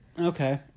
Okay